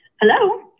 Hello